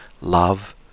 love